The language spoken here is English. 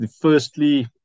firstly